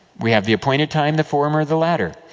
we have the appointed time, the former, the latter.